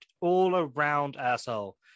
all-around-asshole